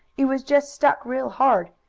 it was just stuck real hard.